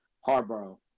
Harborough